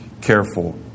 careful